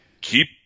keep